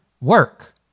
work